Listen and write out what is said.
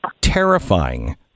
terrifying